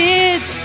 Kids